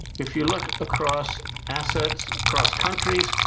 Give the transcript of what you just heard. if you look across assets across countries,